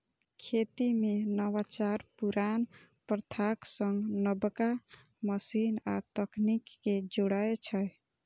खेती मे नवाचार पुरान प्रथाक संग नबका मशीन आ तकनीक कें जोड़ै छै